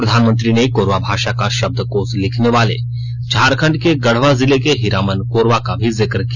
प्रधानमंत्री ने कोरवा भाषा का शब्दकोश लिखने वाले झारखंड के गढ़वा जिले के हीरामन कोरवा का भी जिक किया